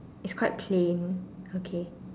it's quite plain okay